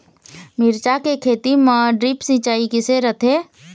मिरचा के खेती म ड्रिप सिचाई किसे रथे?